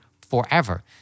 forever